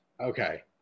Okay